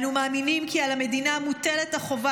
אנו מאמינים כי על המדינה מוטלת החובה